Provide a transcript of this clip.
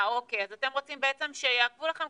אז אתם רוצים בעצם שיעכבו לכם,